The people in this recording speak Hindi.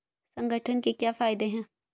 संगठन के क्या फायदें हैं?